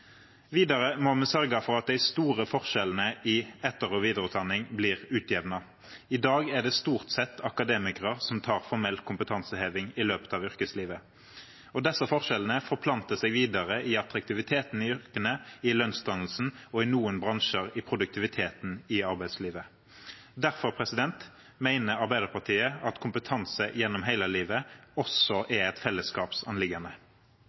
Videre må vi sørge for at de store forskjellene i etter- og videreutdanning blir utjevnet. I dag er det stort sett akademikere som tar formell kompetanseheving i løpet av yrkeslivet. Disse forskjellene forplanter seg videre i attraktiviteten til yrkene, i lønnsdannelsen og i noen bransjer i produktiviteten i arbeidslivet. Derfor mener Arbeiderpartiet at kompetanse gjennom hele livet også